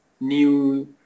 new